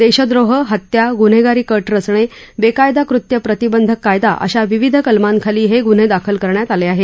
देशद्रोह हत्या गुन्हेगारी कट रचणे बेकायदा कृत्य प्रतिबंधक कायदा अशा विविध कलमांखाली हे गुन्हे दाखल करण्यात आले आहेत